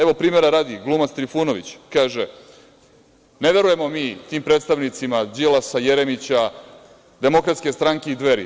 Evo, primera radi, glumac Trifunović kaže: „Ne verujemo mi tim predstavnicima Đilasa, Jeremića, DS i Dveri“